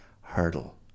Hurdle